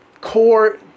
core